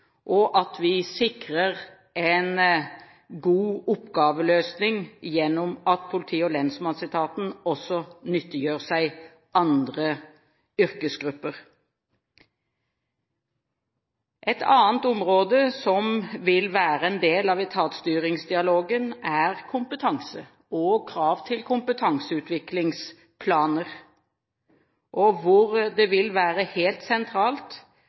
og at vi sikrer en god oppgaveløsning gjennom at politi- og lensmannsetaten også nyttiggjør seg andre yrkesgrupper. Et annet område som vil være en del av etatsstyringsdialogen, er kompetanse og krav til kompetanseutviklingsplaner, og det vil være helt sentralt